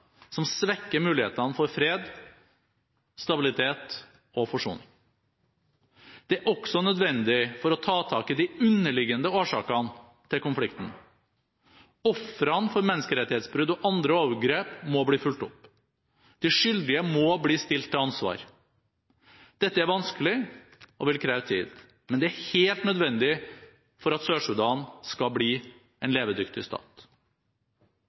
som svekker mulighetene for fred, stabilitet og forsoning. Det er også nødvendig for å ta tak i de underliggende årsakene til konflikten. Ofrene for menneskerettighetsbrudd og andre overgrep må bli fulgt opp. De skyldige må bli stilt til ansvar. Dette er vanskelig og vil kreve tid. Men det er helt nødvendig for at Sør-Sudan skal bli en levedyktig stat.